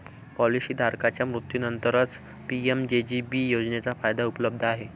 policy धारकाच्या मृत्यूनंतरच PMJJB योजनेचा फायदा उपलब्ध आहे